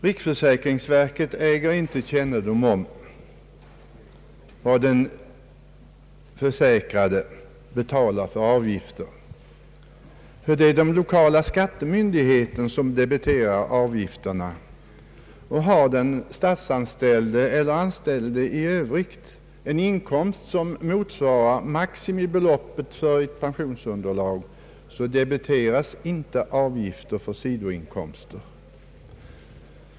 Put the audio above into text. nedom om vilka avgifter som erlagts för den försäkrades anställningsinkomst. Det är den lokala skattemyndigheten som fastställer den pensionsgrundande inkomsten. Om den statsanställde eller den på annat sätt anställde har en inkomst som motsvarar maximibeloppet för pensionsunderlaget debiteras inte avgifter för sidoinkomster.